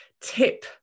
tip